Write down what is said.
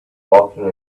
walking